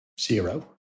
zero